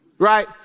Right